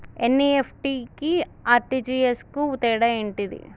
NEFT కి RTGS కు తేడా ఏంటిది?